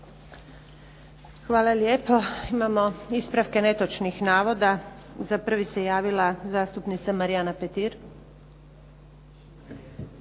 Hvala lijepa. Imamo ispravke netočnih navoda. Za prvi se javila zastupnica Marijana Petir.